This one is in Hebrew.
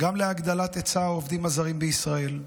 גם להגדלת היצע העובדים הזרים בישראל,